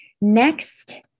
next